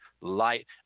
light –